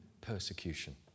persecution